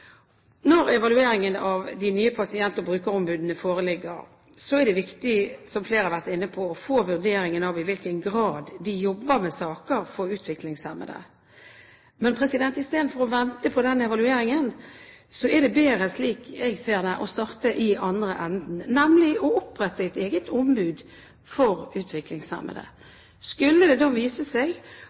Når evalueringen av de nye pasient- og brukerombudene foreligger, er det viktig, som flere har vært inne på, å få vurderingen av i hvilken grad de jobber med saker for utviklingshemmede. Men i stedet for å vente på denne evalueringen er det bedre, slik jeg ser det, å starte i andre enden, nemlig å opprette et eget ombud for utviklingshemmede. Skulle det vise seg